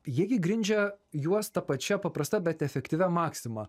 jie gi grindžia juos ta pačia paprasta bet efektyvia maksima